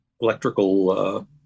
electrical